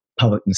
publicness